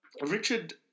Richard